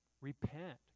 repent